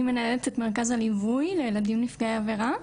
אני מנהלת את מרכז הליווי לילדים נפגעי עבירה.